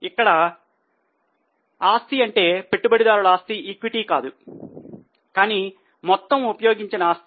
ఇక్కడ ఆస్తి అంటే పెట్టుబడిదారుల ఆస్తి కాదు కానీ మొత్తము ఉపయోగించిన ఆస్తి